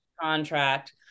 contract